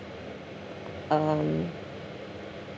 um